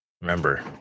remember